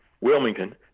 Wilmington